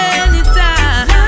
anytime